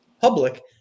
public